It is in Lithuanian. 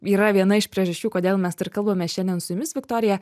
yra viena iš priežasčių kodėl mes ir kalbame šiandien su jumis viktorija